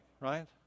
right